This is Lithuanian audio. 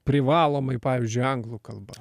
privalomai pavyzdžiui anglų kalba